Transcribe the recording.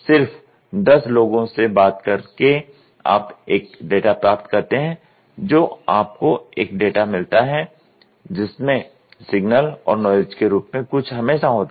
सिर्फ 10 लोगों से बात करके आप एक डेटा प्राप्त करते हैं जो आपको एक डेटा मिलता है जिसमें सिग्नल और नॉइज़ के रूप में कुछ हमेशा होता है